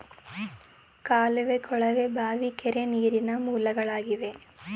ಕಾಲುವೆ, ಕೊಳವೆ ಬಾವಿ, ಕೆರೆ, ನೀರಿನ ಮೂಲಗಳಾಗಿವೆ